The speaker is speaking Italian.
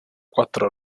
quattro